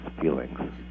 feelings